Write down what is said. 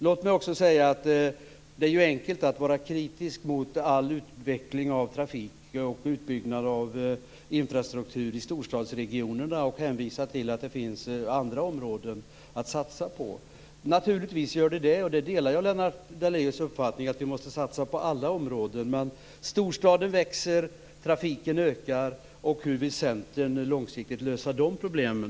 Låt mig också säga att det är enkelt att vara kritisk mot all utveckling av trafik och utbyggnad av infrastruktur i storstadsregionerna och hänvisa till att det finns andra områden att satsa på. Det finns det naturligtvis. Jag delar Lennart Daléus uppfattning att vi måste satsa på alla områden. Men storstaden växer, trafiken ökar, och det är väsentligt att långsiktigt lösa de problemen.